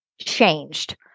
changed